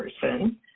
person